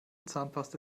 zahnpasta